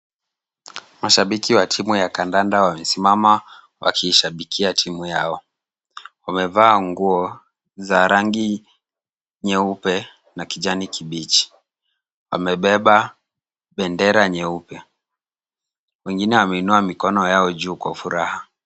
Mashabiki wa timu ya kandanda wamesimama wakiishabikia timu yao. Wamevaa nguo za rangi nyeupe na kijani kibichi. Wamebeba bendera nyeupe. Wengine wameinua mikono yao juu kwa furaha.